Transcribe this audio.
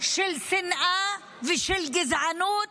של שנאה ושל גזענות